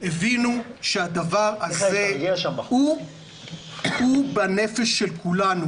הבינו שהדבר הזה הוא בנפש של כולנו